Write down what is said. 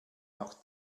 noch